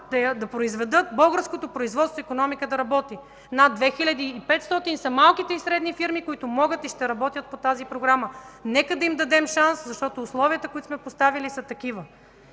да произведат, българското производство и икономика да работят. Над 2500 са малките и средни фирми, които могат и ще работят по тази програма. Нека да им дадем шанс, защото условията, които сме поставили, са такива.